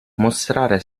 mostrare